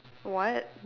what